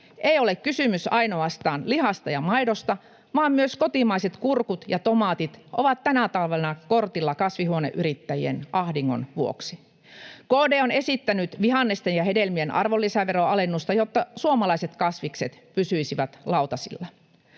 Ei ole kysymys ainoastaan lihasta ja maidosta, vaan myös kotimaiset kurkut ja tomaatit ovat tänä talvena kortilla kasvihuoneyrittäjien ahdingon vuoksi. KD on esittänyt vihannesten ja hedelmien arvonlisäveroalennusta, jotta suomalaiset kasvikset pysyisivät lautasilla.